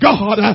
God